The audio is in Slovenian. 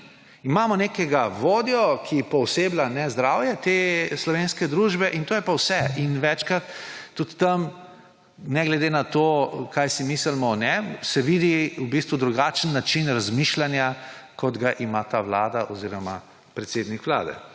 Imamo nekega vodja, ki pooseblja nezdravje te slovenske družbe, in to je pa vse. Večkrat tudi tam, ne glede na to, kaj si mislimo o njem, se vidi v bistvu drugačen način razmišljanja, kot ga ima ta vlada oziroma predsednik vlade.